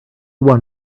won